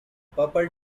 purple